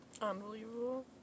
Unbelievable